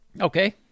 Okay